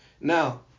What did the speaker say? Now